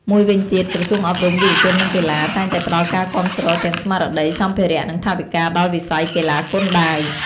មួយវិញទៀត ក្រសួងអប់រំ យុវជន និងកីឡា តែងតែផ្តល់ការគាំទ្រទាំងស្មារតី សម្ភារៈ និងថវិកាដល់វិស័យកីឡាគុនដាវ។